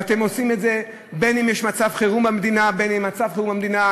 ואתם עושים את זה בין שיש מצב חירום במדינה ובין שאין מצב חירום במדינה.